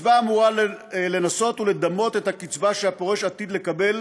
הקצבה אמורה לנסות לדמות את הקצבה שהפורש עתיד לקבל